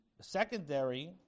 secondary